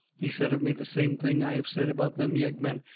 he said of me the same thing i have said about them yeggmen.